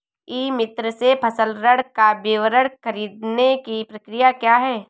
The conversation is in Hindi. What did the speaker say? ई मित्र से फसल ऋण का विवरण ख़रीदने की प्रक्रिया क्या है?